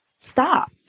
stop